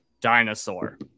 dinosaur